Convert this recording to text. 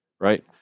right